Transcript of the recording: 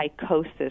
psychosis